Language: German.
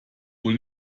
wohl